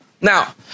Now